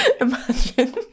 imagine